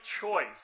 choice